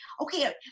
okay